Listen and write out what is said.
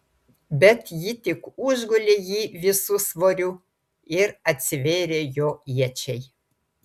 bet ji tik užgulė jį visu svoriu ir atsivėrė jo iečiai